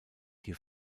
hier